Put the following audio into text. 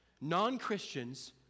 Non-Christians